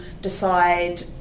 decide